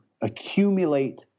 accumulate